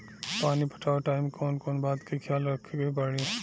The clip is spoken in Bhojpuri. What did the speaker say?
पानी पटावे टाइम कौन कौन बात के ख्याल रखे के पड़ी?